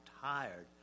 tired